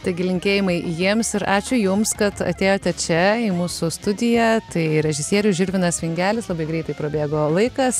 taigi linkėjimai jiems ir ačiū jums kad atėjote čia į mūsų studiją tai režisierius žilvinas vingelis labai greitai prabėgo laikas